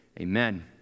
Amen